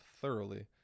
thoroughly